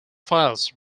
files